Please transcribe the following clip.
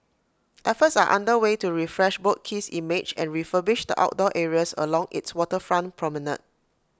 efforts are under way to refresh boat Quay's image and refurbish the outdoor areas along its waterfront promenade